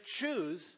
choose